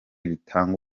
ritanga